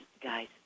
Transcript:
guys